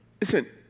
Listen